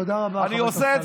תודה רבה, חבר הכנסת אמסלם.